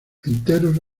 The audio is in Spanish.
enteros